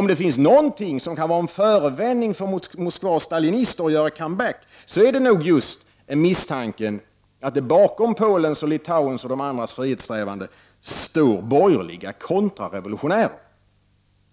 Om det finns någonting som kan vara en förevändning för Moskvas stalinister att göra comeback, så är det nog just misstanken att bakom Polens, Litauens och de andra folkens frihetssträvanden står borgerliga kontrarevolutionärer,